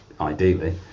ideally